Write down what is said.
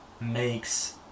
makes